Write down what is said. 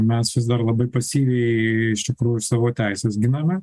mes vis dar labai pasyviai iš tikrųjų savo teises giname